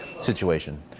situation